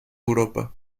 europa